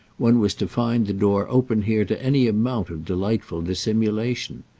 one was to find the door open here to any amount of delightful dissimulation.